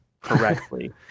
correctly